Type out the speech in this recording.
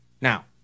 Now